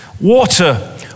water